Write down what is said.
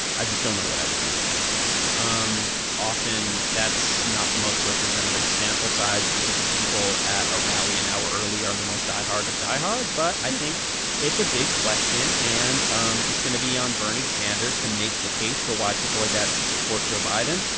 i just don't know what i would do at that point um often, that's not the most representative sample size because the people at a rally an hour early are the most die-hard of die-hard. but i think it's a big question, and um it's going to be on bernie sanders to make the case for why people like that should support joe biden.